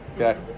okay